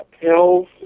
pills